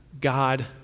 God